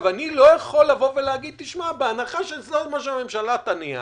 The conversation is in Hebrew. אני לא יכול להגיד: בהנחה שזה מה שהממשלה תניח,